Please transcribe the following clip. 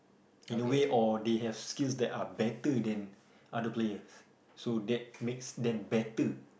in a way or they have skills that are better than other player so that makes them better